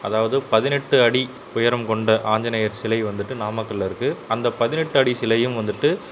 அதாவது பதினெட்டு அடி உயரம் கொண்ட ஆஞ்சநேயர் சிலை வந்துவிட்டு நாமக்கல்லில் இருக்குது அந்த பதினெட்டு அடி சிலையும் வந்துவிட்டு